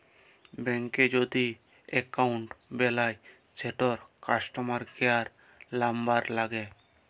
ব্যাংকে যদি এক্কাউল্ট বেলায় সেটর কাস্টমার কেয়ার লামবার ল্যাগে